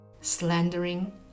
slandering